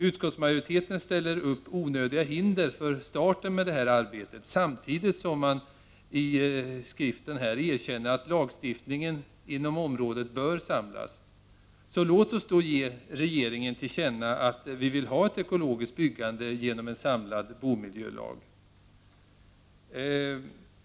Utskottsmajoriteten ställer upp onödiga hinder för staten med detta arbete samtidigt som man erkänner, enligt skrivningen, att lagstiftningen inom området bör samlas. Låt oss då ge rege ringen till känna att vi vill ha ett ekologiskt byggande genom en samlad bomiljölag!